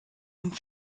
und